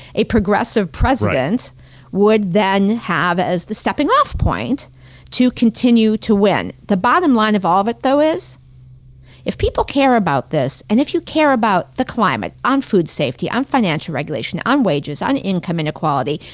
a progressive president would then have as the stepping off point to continue to win. the bottom line of all of it, though, is if people care about this, and if you care about the climate, on food safety, on financial regulation, on wages, on income inequality,